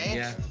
yeah.